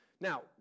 Now